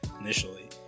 initially